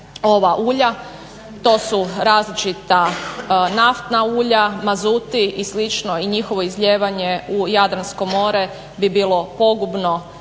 To su različita naftna ulja, mazuti i slično i njihovo izlijevanje u Jadransko more bi bilo pogubno,